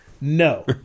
No